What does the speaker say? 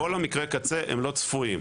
כל מקרי הקצה הם לא צפויים.